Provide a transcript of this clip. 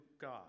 God